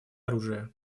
оружие